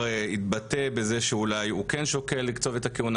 התבטא בזה שאולי הוא כן שוקל לקצוב את הכהונה,